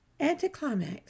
Anticlimax